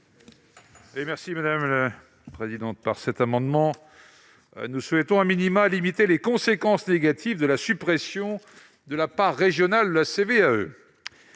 est à M. Éric Bocquet. Par cet amendement, nous souhaitons limiter les conséquences négatives de la suppression de la part régionale de la CVAE.